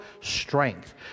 strength